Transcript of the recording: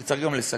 אני צריך גם לסכם?